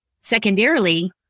Secondarily